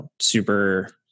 super